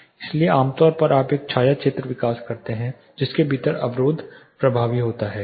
इसलिए आमतौर पर आप एक छाया क्षेत्र विकसित करते हैं जिसके भीतर अवरोध प्रभावी होता है